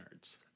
nerds